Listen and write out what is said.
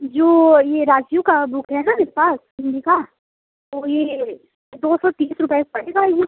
जो ये राजीव का बुक है न इस बार हिन्दी का तो ये दो सौ तीस रुपये का पड़ेगा ये